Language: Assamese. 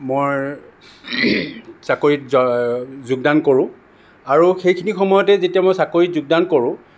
মই চাকৰিত যোগদান কৰোঁ আৰু সেইখিনি সময়তে যেতিয়া মই চাকৰিত যোগদান কৰোঁ